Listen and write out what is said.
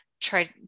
try